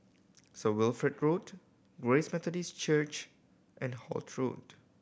Saint Wilfred Road Grace Methodist Church and Holt Road